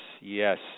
yes